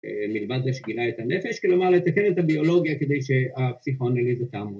‫מלבד לשגילה את הנפש, ‫כלומר, לתקן את הביולוגיה ‫כדי שהפסיכואנוליזה תעמוד.